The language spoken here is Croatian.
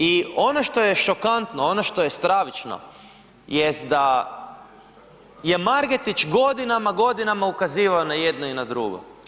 I ono što je šokantno, ono što je stravično jest da je Margetić godinama, godinama ukazivao na jedno i na drugo.